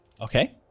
Okay